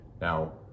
Now